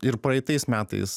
ir praeitais metais